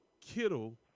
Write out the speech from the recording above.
Kittle